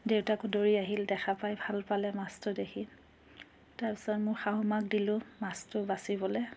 দেউতাকো দৌৰি আহিল দেখা পাই ভাল পালে মাছটো দেখি তাৰ পিছত মোৰ শাহু মাক দিলোঁ মাছটো বাচিবলৈ